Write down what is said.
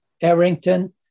Arrington